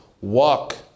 walk